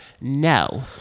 no